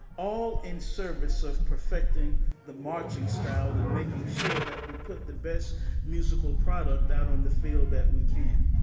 all in service of perfecting the marching style and making sure that we put the best musical product out on the field that we can.